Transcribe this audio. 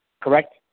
Correct